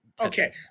Okay